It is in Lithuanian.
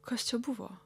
kas čia buvo